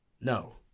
No